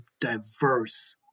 diverse